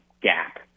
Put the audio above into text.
gap